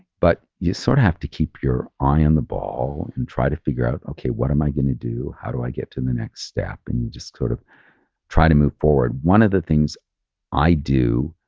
but you sort of have to keep your eye on the ball and try to figure out, okay, what am i going to do? how do i get to the next step? and you just sort of try to move forward. one of the things i do